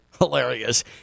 Hilarious